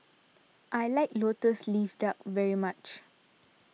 I like Lotus Leaf Duck very much